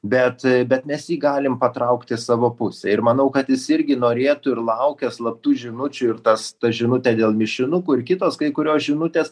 bet bet nes jį galim patraukti į savo pusę ir manau kad jis irgi norėtų ir laukia slaptų žinučių ir tas tą žinutę dėl mišinukų ir kitos kai kurios žinutės